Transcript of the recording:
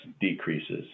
decreases